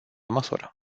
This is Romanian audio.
măsură